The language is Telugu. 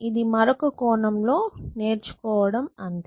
ఇది మరొక కోణం లో నేర్చుకోవడం అంతే